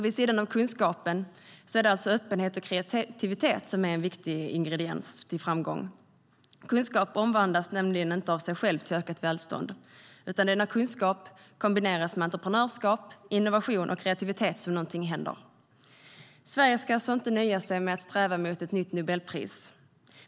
Vid sidan om kunskapen är alltså öppenhet och kreativitet en viktig ingrediens för framgång. Kunskap omvandlas nämligen inte av sig själv till ökat välstånd. Det är när kunskap kombineras med entreprenörskap, innovation och kreativitet som något händer. Sverige ska alltså inte nöja sig med att sträva mot ett Nobelpris.